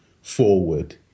forward